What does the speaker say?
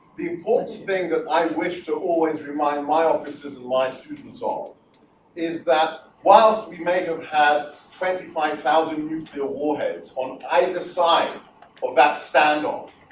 the important thing that i wish to always remind my offices and my students ah of is that whilst we may have had twenty five thousand nuclear warheads on either side of that standoff,